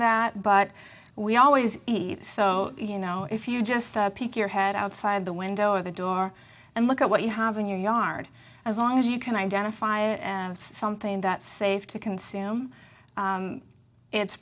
that but we always eat so you know if you just pick your head outside the window or the door and look at what you have in your yard as long as you can identify something that safe to consume it's